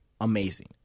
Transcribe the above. amazing